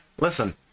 Listen